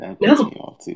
no